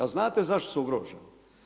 Ali znate zašto su ugroženi?